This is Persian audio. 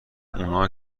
اونا